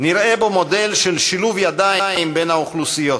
נראה בו מודל של שילוב ידיים בין האוכלוסיות,